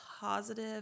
positive